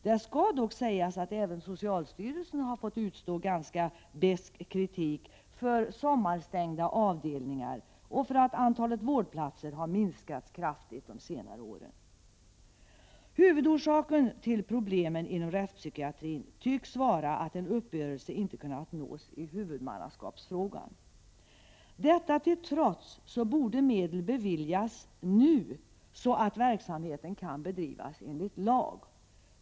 Det skall dock sägas att även socialstyrelsen har fått utstå ganska besk kritik för sommarstängda avdelningar och för att antalet vårdplatser har minskats kraftigt under senare år. Huvudorsaken till problemen inom rättspsykiatrin tycks vara att en uppgörelse inte kunnat nås i huvudmannaskapsfrågan. Detta till trots borde medel beviljas nu, så att verksamheten kan bedrivas enligt lag.